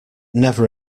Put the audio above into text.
never